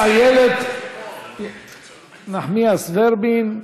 אבל, איילת נחמיאס ורבין.